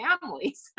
families